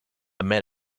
met